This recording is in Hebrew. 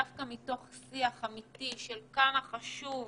דווקא מתוך שיח אמיתי של עד כמה נושא